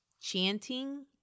chanting